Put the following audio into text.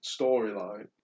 storyline